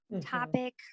topic